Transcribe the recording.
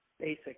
basic